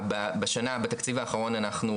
בתקציב האחרון אנחנו,